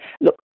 look